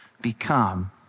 become